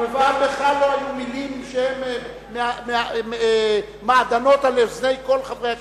גם לך לא היו מלים שהן מעדנות על אוזני כל חברי הכנסת.